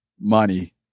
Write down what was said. money